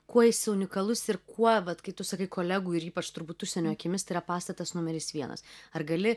kuo jis unikalus ir kuo vat kai tu sakai kolegų ir ypač turbūt užsienio akimis tai yra pastatas numeris vienas ar gali